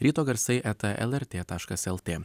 ryto garsai eta lrt taškas lt